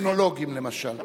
קרימינולוגים למשל.